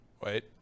Wait